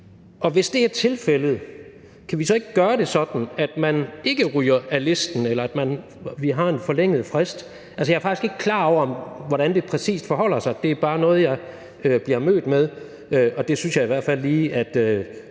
og hvis det er tilfældet, kan vi så ikke gøre det sådan, at man ikke ryger af listen, eller at der indføres en forlænget frist? Jeg er faktisk ikke klar over, hvordan det præcis forholder sig, det er bare noget jeg bliver mødt med, og det skal jo ikke være sådan, at